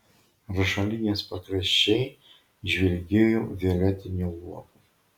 rašalinės pakraščiai žvilgėjo violetiniu luobu